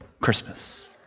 Christmas